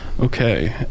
Okay